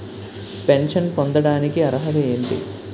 Pension పొందడానికి అర్హత ఏంటి?